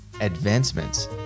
advancements